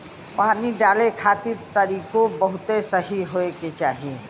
पानी डाले खातिर तरीकों बहुते सही होए के चाही